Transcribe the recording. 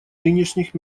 нынешних